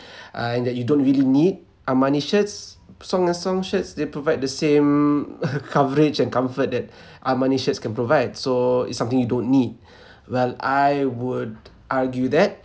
and that you don't really need armani shirts song and song shirts they provide the same coverage and comfort that armani shirts can provide so it's something you don't need well I would argue that